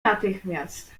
natychmiast